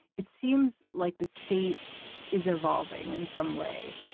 it seems like the state is evolving in some way.